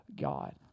God